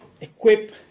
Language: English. equip